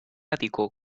ático